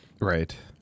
right